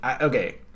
Okay